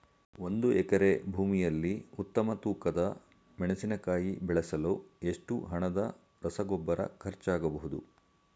ಒಂದು ಎಕರೆ ಭೂಮಿಯಲ್ಲಿ ಉತ್ತಮ ತೂಕದ ಮೆಣಸಿನಕಾಯಿ ಬೆಳೆಸಲು ಎಷ್ಟು ಹಣದ ರಸಗೊಬ್ಬರ ಖರ್ಚಾಗಬಹುದು?